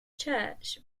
church